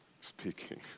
speaking